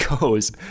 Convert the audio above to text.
goes